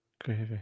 Gravy